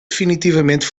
definitivamente